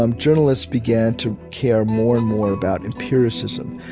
um journalists began to care more and more about empiricism,